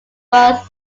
bus